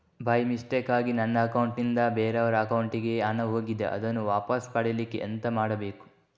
By ಮಿಸ್ಟೇಕಾಗಿ ನನ್ನ account ನಿಂದ ಬೇರೆಯವರ ಅಕೌಂಟ್ ಗೆ ಹಣ ಹೋಗಿದೆ ಅದನ್ನು ವಾಪಸ್ ಪಡಿಲಿಕ್ಕೆ ಎಂತ ಮಾಡಬೇಕು?